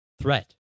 threat